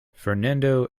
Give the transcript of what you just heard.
fernando